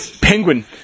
Penguin